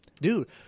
Dude